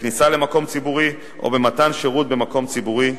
בכניסה למקום ציבורי או במתן שירות במקום ציבורי,